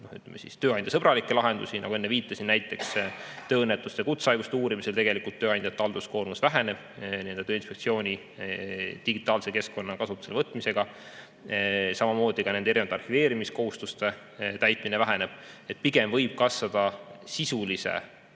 nimelt tööandjasõbralikke lahendusi, nagu enne viitasin. Näiteks tööõnnetuste ja kutsehaiguste uurimisel tegelikult tööandjate halduskoormus väheneb Tööinspektsiooni digitaalse keskkonna kasutusele võtmisega. Samamoodi ka erinevate arhiveerimiskohustuste täitmine väheneb. Pigem võib kasvada sisulise